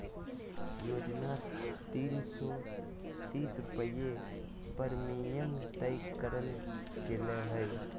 योजना तीन सो तीस रुपये प्रीमियम तय करल गेले हइ